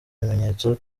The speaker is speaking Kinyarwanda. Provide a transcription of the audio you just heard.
bimenyetso